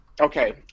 okay